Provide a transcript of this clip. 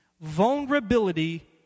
Vulnerability